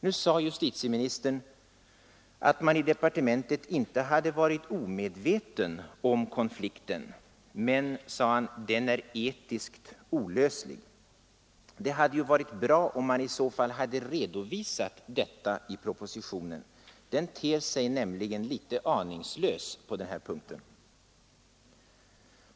Nu sade justitieministern att man i departementet inte hade varit omedveten om konflikten. Denna är dock, sade han, etiskt olöslig. Det hade varit bra om man i så fall hade redovisat detta i propositionen. Den ter sig nämligen litet aningslös på den här punkten.